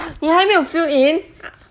你还没有 fill in